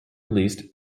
released